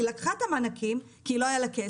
היא לקחה את המענקים כי לא היה לה כסף,